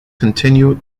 continue